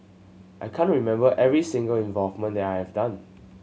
I can't remember every single involvement that I have done